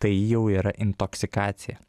tai jau yra intoksikacija